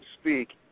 speak